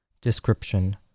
Description